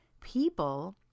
people